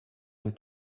and